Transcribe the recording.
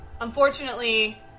Unfortunately